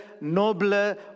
nobler